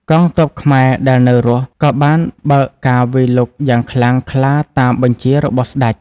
កងទ័ពខ្មែរដែលនៅរស់ ក៏បានបើកការវាយលុកយ៉ាងខ្លាំងក្លាតាមបញ្ជារបស់ស្ដេច។